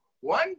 One